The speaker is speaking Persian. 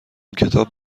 کتاب